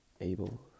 able